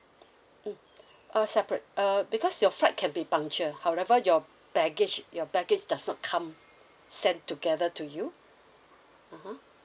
mm uh separate uh because your flight can be punctual however your baggage your baggage does not come send together to you (uh huh)